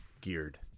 geared